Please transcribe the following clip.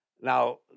Now